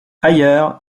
ailleurs